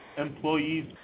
employees